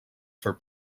for